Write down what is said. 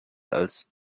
als